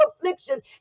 affliction